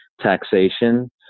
taxation